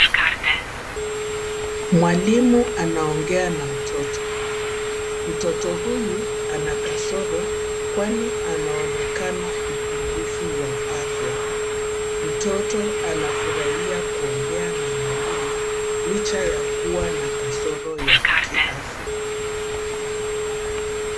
Mwalimu anaongea na mtoto. Mtoto huyu ana kasoro kwani anaonekana mpungufu wa afya. Mtoto anafurahia kuongea na mwalimu licha ya kuwa na kasoro ya kiafya.